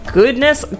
goodness